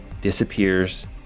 disappears